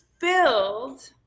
filled